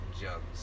jugs